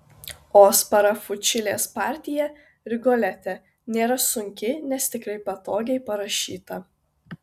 o sparafučilės partija rigolete nėra sunki nes tikrai patogiai parašyta